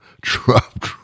drop